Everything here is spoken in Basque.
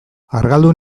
argaldu